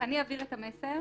אני אעביר את המסר.